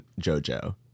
JoJo